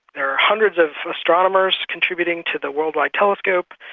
there are hundreds of astronomers contributing to the world-wide telescope,